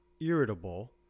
irritable